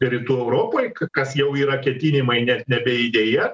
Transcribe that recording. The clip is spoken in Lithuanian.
rytų europoj kas jau yra ketinimai ne nebe idėja